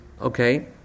Okay